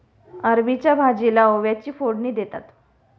अरबीच्या भाजीला ओव्याची फोडणी देतात